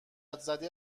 زده